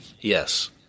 yes